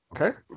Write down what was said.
Okay